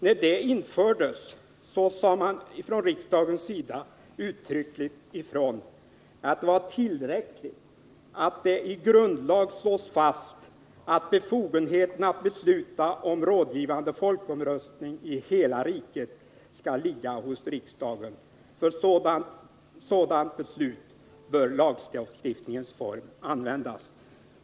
När det infördes sade riksdagen uttryckligen ifrån att det var tillräckligt att det i grundlag slås fast att befogenheten att besluta om rådgivande folkomröstning i hela riket ligger hos riksdagen. För sådant beslut bör lagstiftningens form användas.